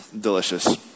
Delicious